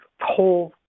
whole